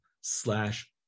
slash